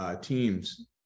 teams